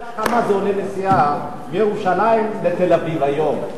כמה עולה נסיעה מירושלים לתל-אביב, היום?